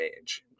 age